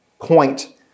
point